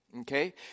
Okay